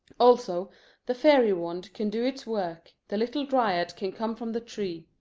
also the fairy wand can do its work, the little dryad can come from the tree.